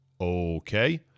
Okay